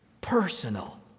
personal